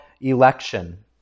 election